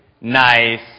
nice